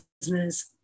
business